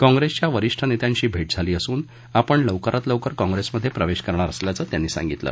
काँग्रेसच्या वरिष्ठ नेत्यांशी भेट झाली असून आपण लवकरात लवकर काँग्रेसमध्ये प्रवेश करणार असल्याचं त्यांनी सांगितलं